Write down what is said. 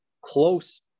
close